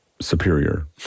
superior